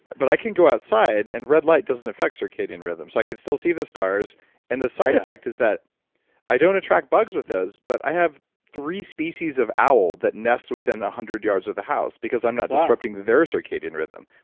but i can go outside and red light doesn't affect circadian rhythm. so i can still see the stars and the side effect is that i don't attract bugs with those, but i have three species of owl that nests within a one hundred yards of the house because i'm not disrupting their circadian rhythm.